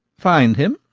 find him,